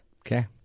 Okay